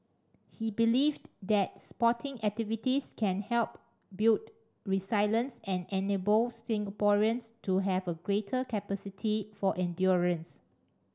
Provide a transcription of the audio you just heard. he believed that sporting activities can help build resilience and enable Singaporeans to have a greater capacity for endurance